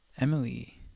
Emily